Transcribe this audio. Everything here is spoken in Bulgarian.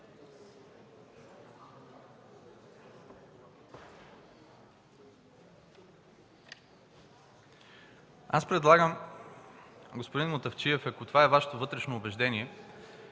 Предлагам, господин Мутафчиев, ако това е Вашето вътрешно убеждение,